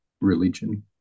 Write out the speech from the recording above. religion